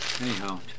Anyhow